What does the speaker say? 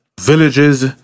villages